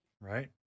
right